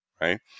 right